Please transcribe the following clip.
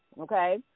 Okay